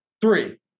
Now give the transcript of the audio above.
Three